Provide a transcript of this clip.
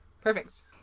Perfect